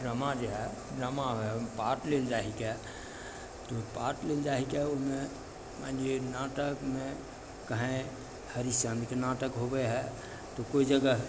drama जे हइ drama हइ ओइमे पाट लेल जाइ हिकै तऽ पाट लेल जाइ हिकै ओइमे मानि लिअ नाटकमे कहीं हरिशचन्द्रके नाटक होबे हइ तऽ कोइ जगह